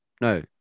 No